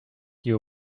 you